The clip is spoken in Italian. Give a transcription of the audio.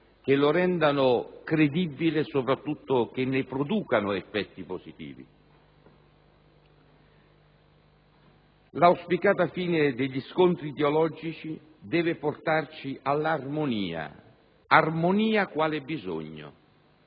che lo rendano credibile e, soprattutto, che producano effetti positivi. L'auspicata fine degli scontri ideologici deve portarci all'armonia intesa come bisogno.